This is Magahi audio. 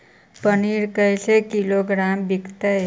पनिर कैसे किलोग्राम विकतै?